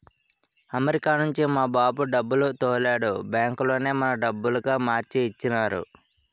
America నుంచి మా బాబు డబ్బులు తోలాడు బ్యాంకులోనే మన డబ్బులుగా మార్చి ఇచ్చినారు